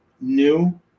new